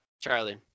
Charlie